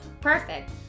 perfect